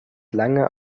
lange